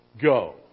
go